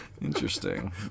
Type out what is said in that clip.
Interesting